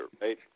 right